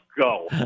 go